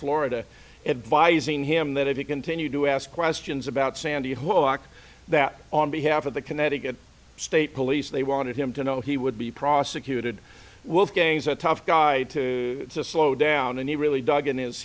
florida advising him that if you continue to ask questions about sandy hook that on behalf of the connecticut state police they wanted him to know he would be prosecuted wolfgang's a tough guy to slow down and he really dug in his